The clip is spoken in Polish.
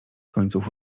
końców